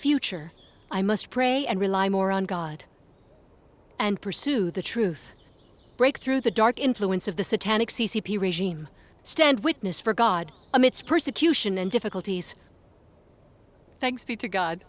future i must pray and rely more on god and pursue the truth break through the dark influence of the satanic c c p regime stand witness for god i'm its persecution and difficulties thank